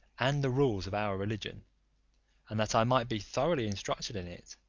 and the rules of our religion and that i might be thoroughly instructed in it,